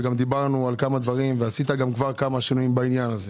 דיברנו על כמה דברים וגם עשית כמה שינויים בעניין הזה.